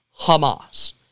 Hamas